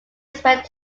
spent